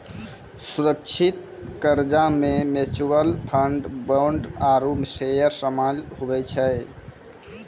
सुरक्षित कर्जा मे म्यूच्यूअल फंड, बोंड आरू सेयर सामिल हुवै छै